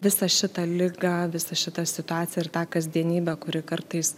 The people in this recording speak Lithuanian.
visą šitą ligą visą šitą situaciją ir tą kasdienybę kuri kartais